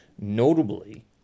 notably